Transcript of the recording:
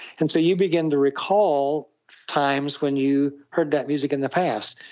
and so you begin to recall times when you heard that music in the past.